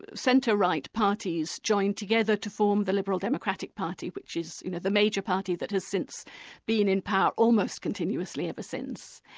centre-right parties joined together to form the liberal democratic party which is you know the major party that has since been in power almost continuously ever since.